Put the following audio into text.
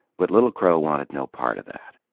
but little crow wanted no part of that.